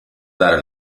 dare